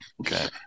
Okay